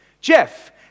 Jeff